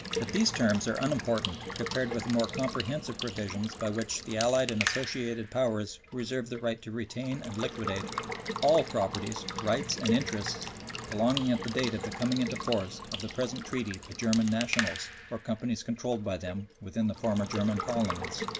but these terms are unimportant compared with the more comprehensive provision by which the allied and associated powers reserve the right to retain and liquidate all property, rights, and interests belonging at the date of the coming into force of the present treaty to german nationals, or companies controlled by them, within the former german colonies.